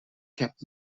kept